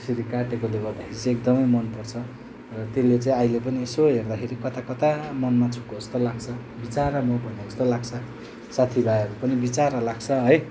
त्यसरी काटेकोले गर्दाखेरि चाहिँ एकदमै मनपर्छ र त्यसले चाहिँ अहिले पनि यसो हेर्दाखेरि कता कता मनमा छोएको जस्तो लाग्छ बिचारा म भनेको जस्तो लाग्छ साथीभाइहरू पनि बिचारा लाग्छ है